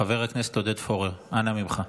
חבר הכנסת פורר, חבר הכנסת עודד פורר, אנא ממך.